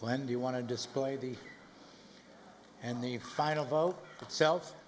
glenn do you want to display the and the final vote itself